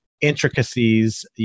intricacies